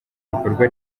ibikorwa